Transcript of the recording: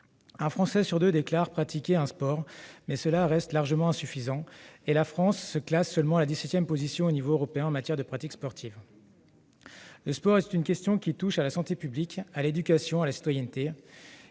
Un Français sur deux déclare pratiquer un sport, mais cela reste largement insuffisant, et la France se classe seulement à la dix-septième position au niveau européen en matière de pratique sportive. Le sport est une question qui touche à la santé publique, à l'éducation, à la citoyenneté.